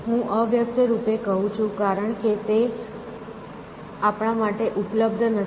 હું "અવ્યક્ત રૂપે" કહું છું કારણ કે તે આપણા માટે ઉપલબ્ધ નથી